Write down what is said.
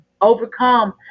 overcome